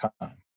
time